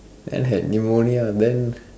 and had pneumonia then